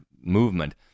movement